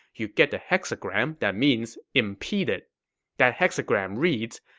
you get the hexagram that means impeded that hexagram reads,